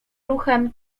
ruchem